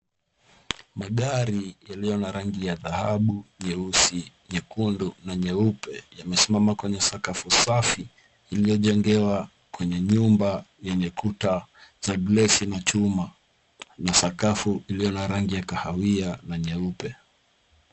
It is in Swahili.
Magari yaliyo na rangi ya dhahabu, nyeusi, nyekundu na nyeupe yamesimama kwenye sakafu safi iliyojengewa kwenye nyumba yenye kuta za glesi na chuma na sakafu iliyo na rangi ya kahawia na nyeupe.